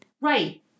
Right